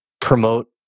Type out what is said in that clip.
promote